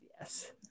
Yes